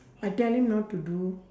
I tell him not to do